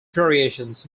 variations